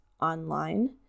online